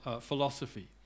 philosophy